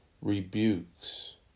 rebukes